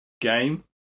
game